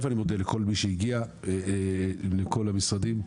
אני מודה לכל מי שהגיע, לכל המשרדים.